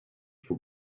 faut